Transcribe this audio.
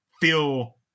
feel